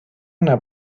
una